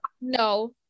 No